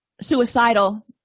suicidal